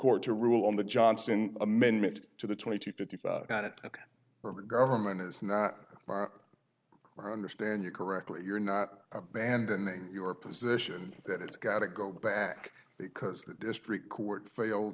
court to rule on the johnson amendment to the twenty to fifty thought it over government has not understand you correctly you're not abandoning your position that it's got to go back because the district court failed